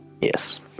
Yes